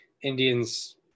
Indians